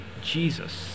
Jesus